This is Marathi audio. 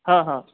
हा हा